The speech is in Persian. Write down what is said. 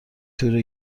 تور